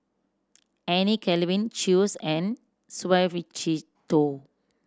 Anne Chew's and Suavecito